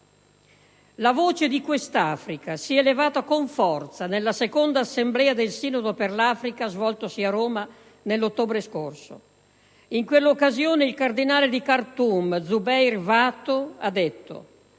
La voce di quest'Africa si è levata con forza nella seconda Assemblea del Sinodo per l'Africa, svoltosi a Roma l'ottobre scorso. In quell'occasione il cardinale di Khartoum, Zubeir Wako, ha detto: